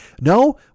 No